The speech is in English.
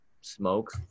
smoke